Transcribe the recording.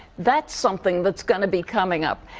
that's something that's going to be coming up.